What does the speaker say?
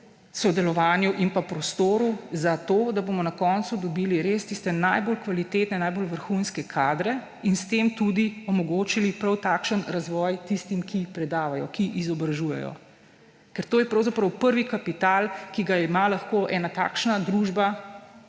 sodelovanju in prostoru, zato da bomo na koncu dobili najbolj kvalitetne, najbolj vrhunske kadre in s tem tudi omogočili prav takšen razvoj tistim, ki predavajo, ki izobražujejo. Ker to je pravzaprav prvi kapital, ki ga ima lahko ena takšna družba